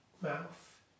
mouth